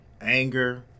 Anger